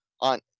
on